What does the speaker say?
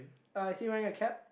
uh is he wearing a cap